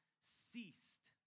ceased